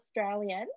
Australian